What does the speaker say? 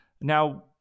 Now